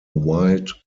wild